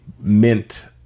mint